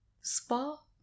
Spa